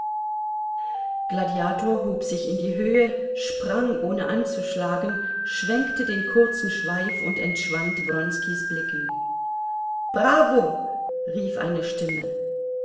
gladiator hob sich in die höhe sprang ohne anzuschlagen schwenkte den kurzen schweif und entschwand wronskis blicken bravo rief eine stimme